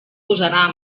posarà